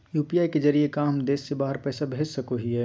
UPI के जरिए का हम देश से बाहर पैसा भेज सको हियय?